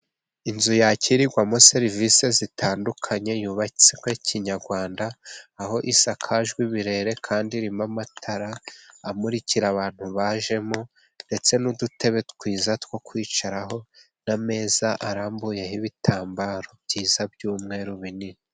Inzu yakirirwamo serivisi zitandukanye yutswe kinyarwanda, aho isakajwe birere kandi irimo amatara amurikira abantu bajemo, ndetse n'udutebe twiza two kwicaraho, n'ameza arambuyeho ibitambaro byiza by'umweru binini.